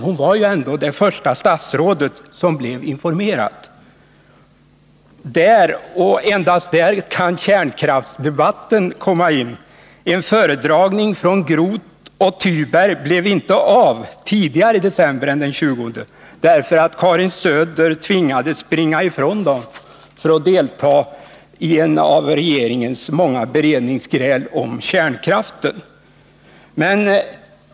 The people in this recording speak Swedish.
Hon var det första statsråd som blev informerat. Där och endast där kan kärnkraftsdebatten komma in. En föredragning från Groth och Thyberg blev inte av tidigare än den 20 december, därför att Karin Söder tvingades springa ifrån den för att delta i en av regeringens många beredningsgräl om kärnkraften.